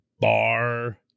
bar